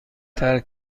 ترک